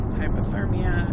hypothermia